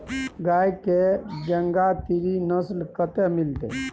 गाय के गंगातीरी नस्ल कतय मिलतै?